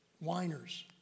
Whiners